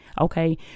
Okay